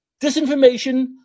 Disinformation